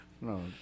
No